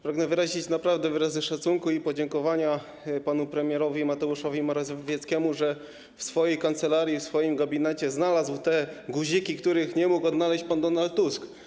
Pragnę przekazać wyrazy szacunku i podziękowania panu premierowi Mateuszowi Morawieckiemu, że w swojej kancelarii, w swoim gabinecie znalazł te guziki, których nie mógł odnaleźć pan Donald Tusk.